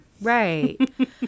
Right